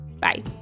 Bye